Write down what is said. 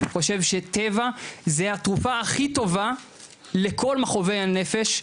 חושב שטבע זה התרופה הכי טובה לכל מכאובי הנפש,